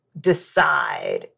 decide